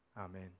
amen